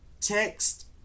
text